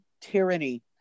tyranny